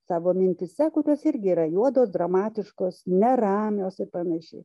savo mintyse kurios irgi yra juodos dramatiškos neramios ir panašiai